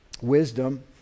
Wisdom